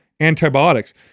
antibiotics